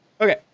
Okay